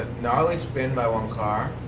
gnarly spin by one car.